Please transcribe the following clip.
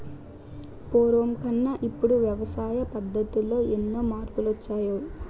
పూర్వకన్నా ఇప్పుడు వ్యవసాయ పద్ధతుల్లో ఎన్ని మార్పులొచ్చాయో